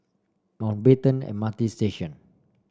Mountbatten M R T Station